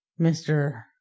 Mr